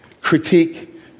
critique